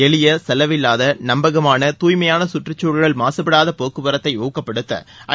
எளிய செலவில்லாத நம்பகமான துய்மையான சுற்றுச்சூழல் மாசுபடாத போக்குவரத்தை ஊக்கப்படுத்த ஐ